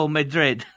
Madrid